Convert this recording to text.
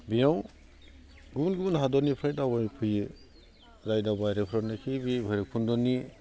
बेयाव गुबुन गुबुन हादरनिफ्राय दावबायफैयो जाय दावबायारिफोरनिखि बे भैराबकुन्द'नि